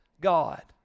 God